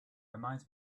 reminds